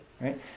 right